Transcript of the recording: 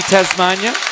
Tasmania